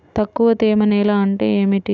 తక్కువ తేమ నేల అంటే ఏమిటి?